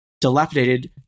dilapidated